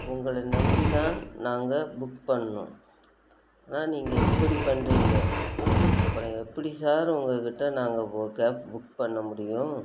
உங்களை நம்பிதான் நாங்கள் புக் பண்ணிணோம் ஆனால் நீங்கள் இப்படி பண்ணுறீங்க அப்புறோம் எப்படி சார் உங்கள் கிட்ட நாங்கள் கேப் புக் பண்ண முடியும்